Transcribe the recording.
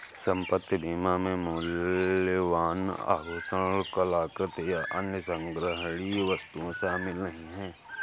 संपत्ति बीमा में मूल्यवान आभूषण, कलाकृति, या अन्य संग्रहणीय वस्तुएं शामिल नहीं हैं